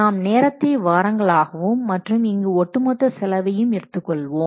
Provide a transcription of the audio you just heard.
நாம் நேரத்தை வாரங்கள் ஆகவும் மற்றும் இங்கு ஒட்டு மொத்த செலவையும் எடுத்துக் கொள்வோம்